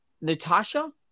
Natasha